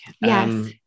yes